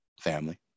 family